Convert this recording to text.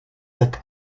set